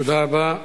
תודה רבה.